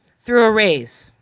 through a raise?